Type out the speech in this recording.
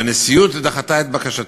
והנשיאות דחתה את בקשתי,